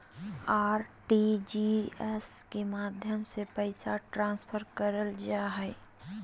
RTGS के माध्यम से पैसा ट्रांसफर करल जा हय